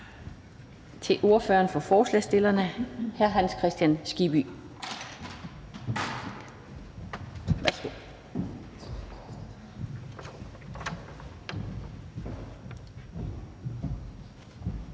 til ordføreren for forslagsstillerne, hr. Hans Kristian Skibby.